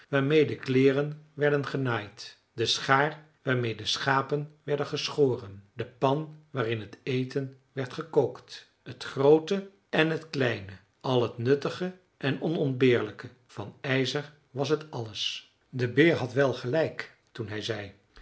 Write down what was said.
waarmeê de kleeren werden genaaid de schaar waarmeê de schapen werden geschoren de pan waarin het eten werd gekookt t groote en t kleine al het nuttige en onontbeerlijke van ijzer was het alles de beer had wel gelijk toen hij zei